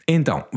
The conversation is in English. Então